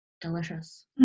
delicious